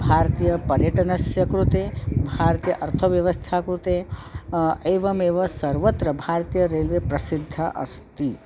भारतीयपर्यटनस्य कृते भारतीय अर्थव्यवस्थायाः कृते एवमेव सर्वत्र भारतीयरेल्वे प्रसिद्धा अस्ति